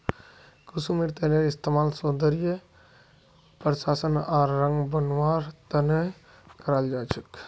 कुसुमेर तेलेर इस्तमाल सौंदर्य प्रसाधन आर रंग बनव्वार त न कराल जा छेक